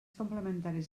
complementaris